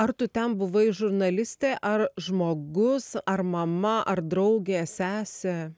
ar tu ten buvai žurnalistė ar žmogus ar mama ar draugė sesė